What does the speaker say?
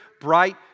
bright